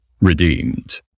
redeemed